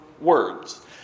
words